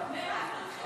מעט יגיע.